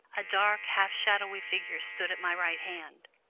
a dark, half-shadowy figure stood at my right hand,